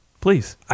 Please